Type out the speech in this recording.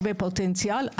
הייתי גם איש קבע בצה"ל,